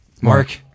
Mark